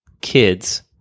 kids